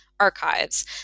archives